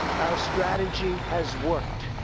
our strategy has worked.